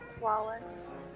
Wallace